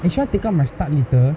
eh should I take out my stud later